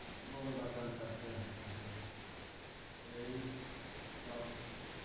बोल बचन करते रहते हैं यही सब